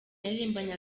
yaririmbanye